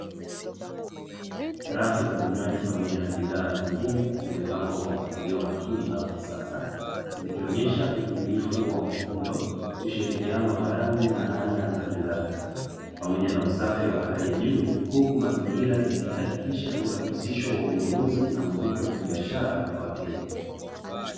Rafu za vinywaji pamoja na bidhaa zingine zimepangwa kwa mpangilio makini na wa kisasa zikionyesha utimilifu wa muundo, ushirikiano wa rangi na aina za bidhaa pamoja na usafi wa hali ya juu, huku mazingira ya yahakikishia urahisisho wa ununuzi na muvuto wa kibiashara kwa wateja.